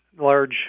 large